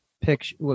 picture